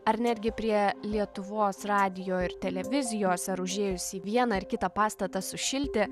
ar netgi prie lietuvos radijo ir televizijos ar užėjus į vieną ar kitą pastatą sušilti